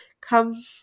come